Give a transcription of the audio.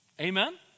Amen